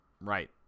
Right